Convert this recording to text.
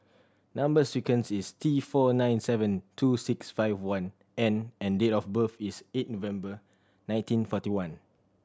number sequence is T four nine seven two six five one N and date of birth is eight November nineteen forty one